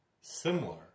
Similar